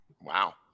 Wow